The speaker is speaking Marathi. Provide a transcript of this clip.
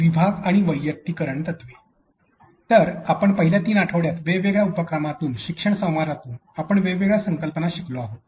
विभाग आणि वैयक्तिकरण तत्त्वे तर आपण पहिल्या तीन आठवड्यात वेगवेगळ्या उपक्रमांतून शिक्षण संवादातून आपण वेगवेगळ्या संकल्पना शिकलो आहोत